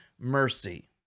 mercy